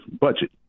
budget